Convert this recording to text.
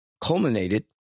culminated